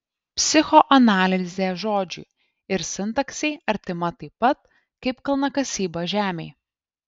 psichoanalizė žodžiui ir sintaksei artima taip pat kaip kalnakasyba žemei